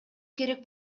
керек